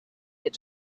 get